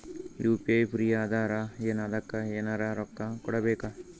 UPI free ಅದಾರಾ ಏನ ಅದಕ್ಕ ಎನೆರ ರೊಕ್ಕ ಕೊಡಬೇಕ?